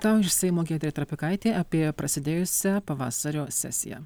tau iš seimo giedrė trapikaitė apie prasidėjusią pavasario sesiją